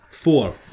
Four